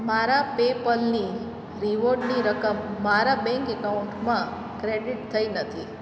મારા પેપલની રીવોર્ડની રકમ મારા બેંક એકાઉન્ટમાં ક્રેડિટ થઈ નથી